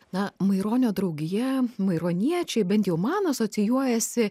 na maironio draugija maironiečiai bent jau man asocijuojasi